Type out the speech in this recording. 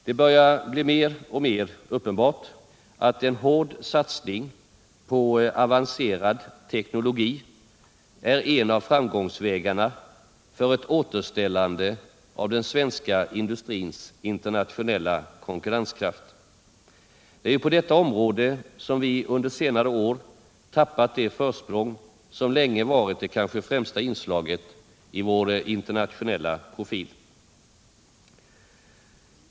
Det börjar bli mer och mer uppenbart att en hård satsning på avancerad teknologi är en av framgångsvägarna för ett återställande av den svenska industrins internationella konkurrenskraft. Det är ju på detta område som vi under senare år tappat det försprång som länge varit det kanske främsta inslaget i vår internationella profil.